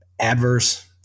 adverse